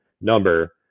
number